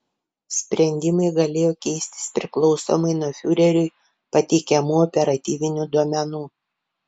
sprendimai galėjo keistis priklausomai nuo fiureriui pateikiamų operatyvinių duomenų